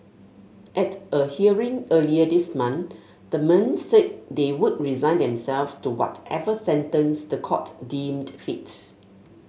at a hearing earlier this month the men said they would resign themselves to whatever sentence the court deemed fit